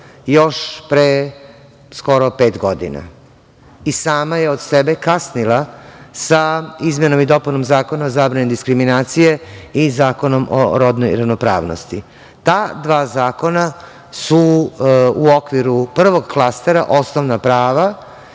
još pre skoro pet godina i sama je od sebe kasnila sa izmenama i dopunama Zakona o zabrani diskriminacije i Zakonom o rodnoj ravnopravnosti. Ta dva zakona su u okviru prvog klastera osnovna prava